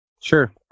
sure